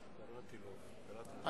ושלישית לוועדת הכלכלה של הכנסת.